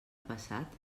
passat